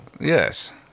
Yes